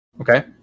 Okay